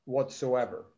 Whatsoever